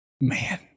man